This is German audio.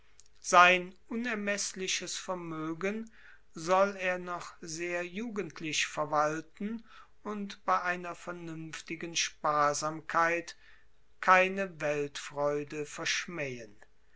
sein unermeßliches vermögen soll er noch sehr jugendlich verwalten und bei einer vernünftigen sparsamkeit keine weltfreude verschmähen